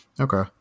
Okay